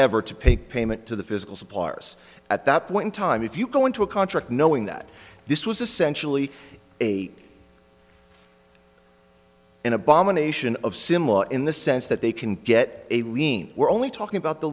ever to pay payment to the physical suppliers at that point in time if you go into a contract knowing that this was essentially a an abomination of similar in the sense that they can get a lien we're only talking about the